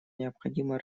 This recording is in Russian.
необходимо